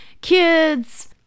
kids